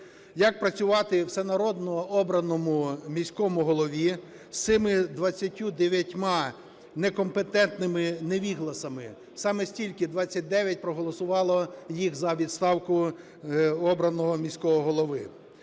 Як працювати всенародно обраному міському голові з цими 29 некомпетентними невігласами? Саме стільки – 29 проголосувало їх за відставку обраного міського голови.